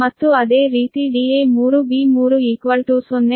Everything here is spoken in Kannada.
ಮತ್ತು ಅದೇ ರೀತಿ da3b3 0